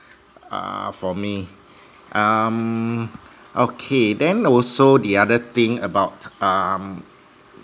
uh for me um okay then also the other thing about um